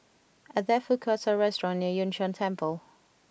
are there food courts or restaurants near Yun Shan Temple